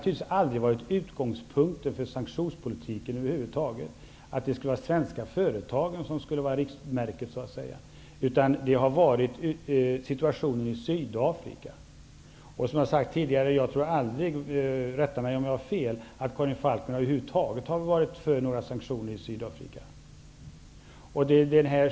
Utgångspunkten för sanktionspolitiken har naturligtvis över huvud taget aldrig varit de svenska företagen, utan den har varit situationen i Som jag sagt tidigare har Karin Falkmer över huvud taget aldrig -- rätta mig om jag har fel -- varit för några sanktioner mot Sydafrika.